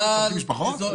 550 משפחות?